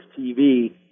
TV